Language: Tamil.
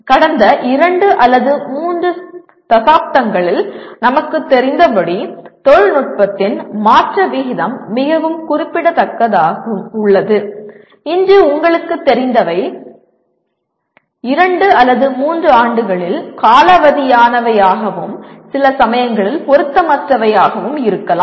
கடந்த இரண்டு அல்லது மூன்று தசாப்தங்களில் நமக்கு தெரிந்தபடி தொழில்நுட்பத்தின் மாற்ற விகிதம் மிகவும் குறிப்பிடத்தக்கதாக உள்ளது இன்று உங்களுக்குத் தெரிந்தவை இரண்டு அல்லது மூன்று ஆண்டுகளில் காலாவதியானவையாகவும் சில சமயங்களில் பொருத்தமற்றவையாகவும் இருக்கலாம்